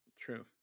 true